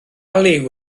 liw